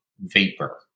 vapor